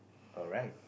alright